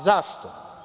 Zašto?